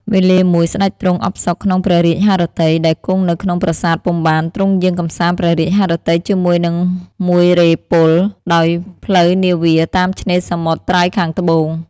វេលាមួយ សេ្តចទ្រង់អផ្សុកក្នុងព្រះរាជហឫទ័យដែលគង់នៅក្នុងប្រាសាទពុំបាន ទ្រង់យាងកម្សាន្តព្រះរាជហឫទ័យជាមួយនឹងមួយរេហ៍ពល ដោយផ្លូវនាវា តាមឆេ្នរសមុទ្រត្រើយខាងត្បូង។